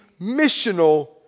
missional